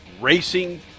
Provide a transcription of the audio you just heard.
racing